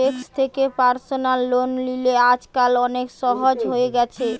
bank থেকে personal loan লিলে আজকাল অনেক সহজ হয়ে গেছে